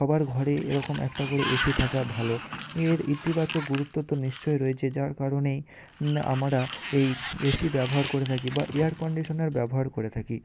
সবার ঘরে এরকম একটা করে এ সি থাকা ভালো এর ইতিবাচক গুরুত্ব তো নিশ্চয়ই রয়েছে যার কারণেই আমরা এই এসি ব্যবহার করে থাকি বা এয়ার কন্ডিশনার ব্যবহার করে থাকি